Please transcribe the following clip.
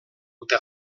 dute